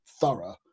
thorough